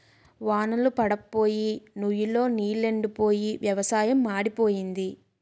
వాన్ళ్లు పడప్పోయి నుయ్ లో నీలెండిపోయి వ్యవసాయం మాడిపోయింది